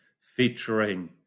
featuring